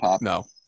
No